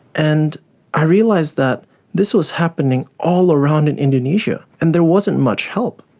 and i realised that this was happening all around and indonesia, and there wasn't much help.